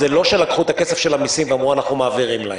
זה לא שלקחו את הכסף של המיסים ואמרו: אנחנו מעבירים להם.